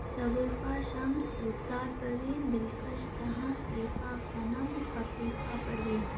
Shagufa Shams Rukhsar Parveen Dilkash Jahan Saifa Khanum Afifa Parveen